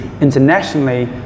internationally